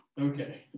Okay